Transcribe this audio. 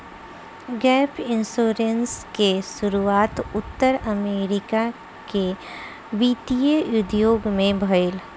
gap insurance के शुरुआत उत्तर अमेरिका के वित्तीय उद्योग में भईल